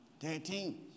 13